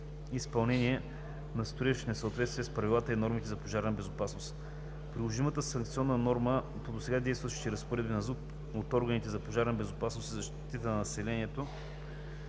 изпълнение на строеж в несъответствие с правила и норми за пожарна безопасност. Приложимата санкционна норма по досега действащите разпоредби на ЗУТ от органите за пожарна безопасност и защита на населението,